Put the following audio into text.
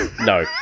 No